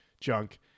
Junk